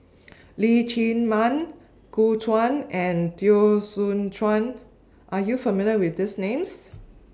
Leong Chee Mun Gu Juan and Teo Soon Chuan Are YOU not familiar with These Names